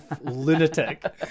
lunatic